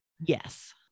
Yes